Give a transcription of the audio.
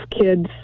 kids